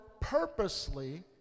purposely